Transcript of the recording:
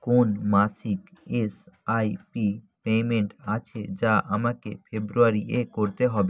কোন মাসিক SIP payment আছে যা আমাকে ফেব্রুয়ারি এ করতে হবে